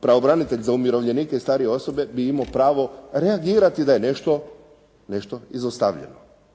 pravobranitelj za umirovljenike i starije osobe bi imao pravo reagirati da je nešto izostavljeno.